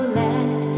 let